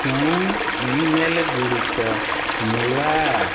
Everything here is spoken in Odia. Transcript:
କେଉଁ ଇମେଲ ଗୁଡ଼ିକ ନୂଆ